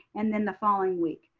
and then the following week.